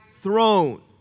throne